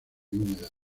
húmedas